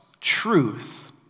truth